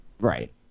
Right